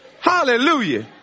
Hallelujah